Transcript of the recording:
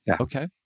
Okay